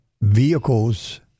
vehicles